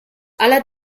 aller